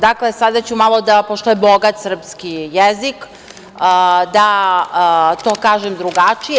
Dakle, sada ću malo, pošto je bogat srpski jezik, da to kažem drugačije.